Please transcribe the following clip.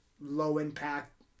low-impact